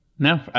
No